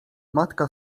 matka